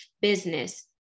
business